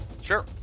Sure